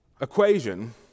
equation